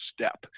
step